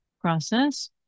process